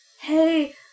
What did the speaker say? hey